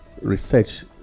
research